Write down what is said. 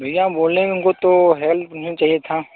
भैया हम बोल रहें उनको तो हेल्प उन्हें चाहिए था